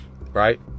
right